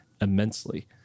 immensely